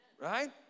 Right